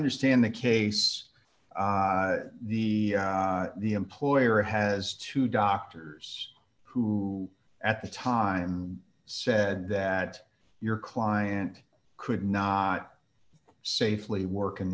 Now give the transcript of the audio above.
understand the case the the employer has two doctors who at the time said that your client could not safely work in